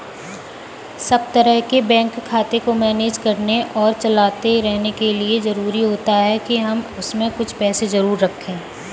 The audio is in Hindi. सब तरह के बैंक खाते को मैनेज करने और चलाते रहने के लिए जरुरी होता है के हम उसमें कुछ पैसे जरूर रखे